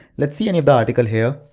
let's see and the article here,